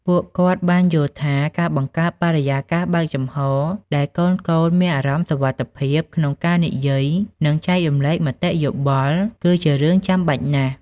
ពួកគាត់បានយល់ថា ការបង្កើតបរិយាកាសបើកចំហរ ដែលកូនៗមានអារម្មណ៍ សុវត្ថិភាពក្នុងការនិយាយ និងចែករំលែកមតិយោបល់ គឺជារឿងចាំបាច់ណាស់។